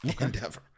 Endeavor